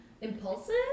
Impulsive